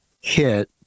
hit